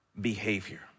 behavior